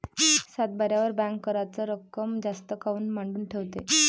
सातबाऱ्यावर बँक कराच रक्कम जास्त काऊन मांडून ठेवते?